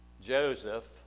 Joseph